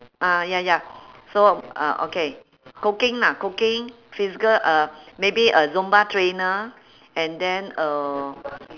ah ya ya so uh okay cooking lah cooking physical uh maybe uh zumba trainer and then uh